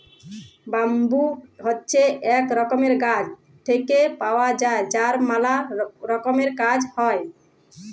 bamboo হছে ইক রকমের গাছ থেক্যে পাওয়া যায় যার ম্যালা রকমের কাজ হ্যয়